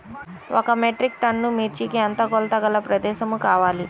ఒక metric ton మిర్చికి ఎంత కొలతగల ప్రదేశము కావాలీ?